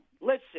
listen